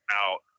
out